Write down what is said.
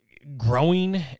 Growing